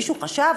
מישהו חשב,